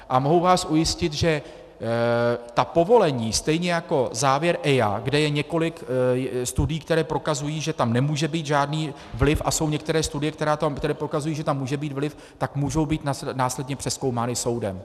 A mohu vás ujistit, že ta povolení, stejně jako závěr EIA, kde je několik studií, které prokazují, že tam nemůže být žádný vliv, a jsou některé studie, které prokazují, že tam může být vliv, tak můžou být následně přezkoumány soudem.